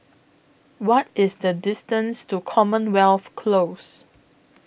What IS The distance to Commonwealth Close